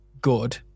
good